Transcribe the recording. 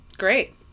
great